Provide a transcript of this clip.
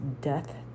death